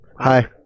Hi